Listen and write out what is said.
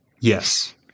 Yes